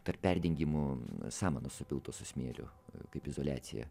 tarp perdengimų samanų supiltų su smėliu kaip izoliacija